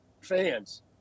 fans